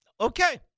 Okay